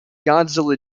godzilla